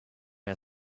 are